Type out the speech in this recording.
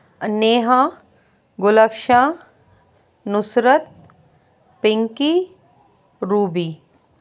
Neha Gul Afshan Nusrat Pinky Ruby